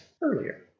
earlier